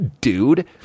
dude